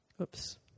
Oops